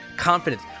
confidence